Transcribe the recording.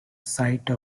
site